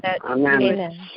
Amen